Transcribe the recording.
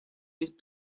with